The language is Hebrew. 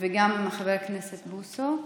גם חבר הכנסת בוסו.